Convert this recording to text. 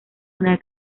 una